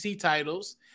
titles